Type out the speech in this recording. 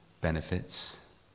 benefits